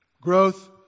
Growth